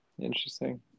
Interesting